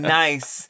nice